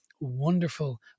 wonderful